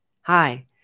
hi